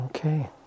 okay